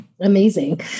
Amazing